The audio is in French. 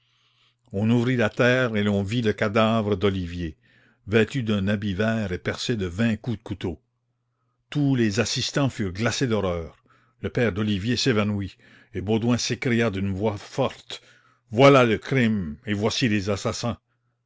on ouvrit la terre et l'on vit le cadavre d'olivier vêtu d'un habit vert et percé de vingt coups de couteau tous les assistans furent glacés d'horreur le père d'olivier s'évanouit et baudouin s'écria d'une voix forte voilà le crime et voici les assassins